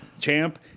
Champ